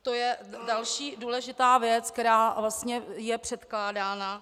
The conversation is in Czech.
To je další důležitá věc, která vlastně je předkládána.